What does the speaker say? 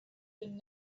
been